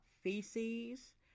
feces